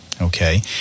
Okay